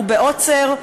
הוא בעוצר,